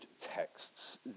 texts